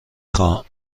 خواهم